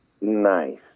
Nice